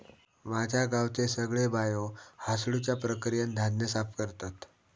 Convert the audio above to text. माझ्या गावचे सगळे बायो हासडुच्या प्रक्रियेन धान्य साफ करतत